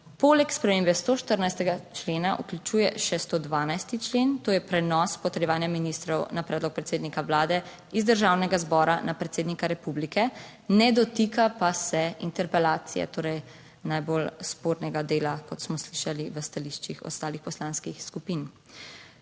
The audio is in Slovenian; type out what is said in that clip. poleg spremembe 114. člena vključuje še 112. člen, to je prenos potrjevanja ministrov na predlog predsednika vlada iz Državnega zbora na predsednika republike, ne dotika pa se interpelacije, torej najbolj spornega dela kot smo slišali v stališčih ostalih poslanskih skupin.